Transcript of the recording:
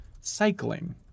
Cycling